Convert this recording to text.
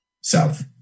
South